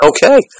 Okay